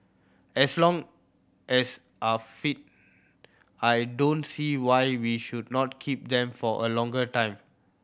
as long as are fit I don't see why we should not keep them for a longer time